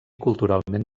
culturalment